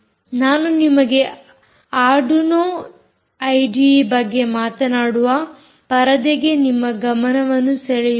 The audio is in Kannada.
ನಾನು ನಿಮಗೆ ಆರ್ಡುನೊ ಐಡಿಈ ಬಗ್ಗೆ ಮಾತನಾಡುವ ಪರದೆಗೆ ನಿಮ್ಮ ಗಮನವನ್ನು ಸೆಳೆಯುತ್ತೇನೆ